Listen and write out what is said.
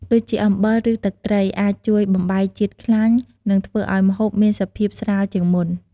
ដូចជា អំបិល ឬទឹកត្រី អាចជួយបំបែកជាតិខ្លាញ់ និងធ្វើឱ្យម្ហូបមានសភាពស្រាលជាងមុន។